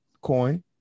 coin